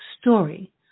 story